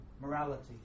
Morality